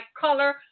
color